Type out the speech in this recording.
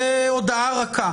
בהודאה רכה.